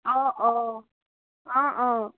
অঁ অঁ অঁ অঁ